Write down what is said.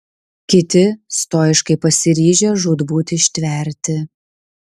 kiti stoiškai pasiryžę žūtbūt ištverti